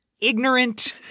ignorant